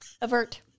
Avert